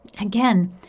Again